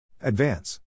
Advance